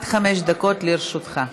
עד חמש דקות לרשותך.